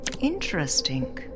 Interesting